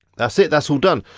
that's it, that's all done.